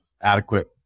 adequate